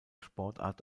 sportart